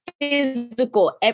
physical